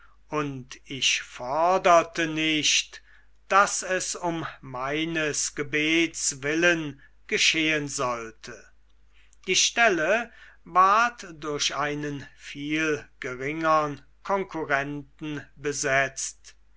und ich forderte nicht daß es um meines gebets willen geschehen sollte die stelle ward durch einen viel geringeren konkurrenten besetzt